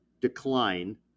decline